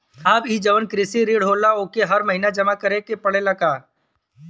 साहब ई जवन कृषि ऋण होला ओके हर महिना जमा करे के पणेला का?